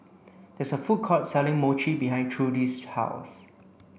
there is a food court selling Mochi behind Trudy's house